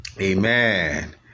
Amen